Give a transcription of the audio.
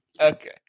Okay